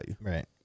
right